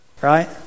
right